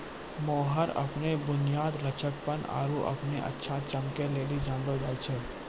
mohair अपनो बुनियाद, लचकपन आरु अपनो अच्छा चमको लेली जानलो जाय छै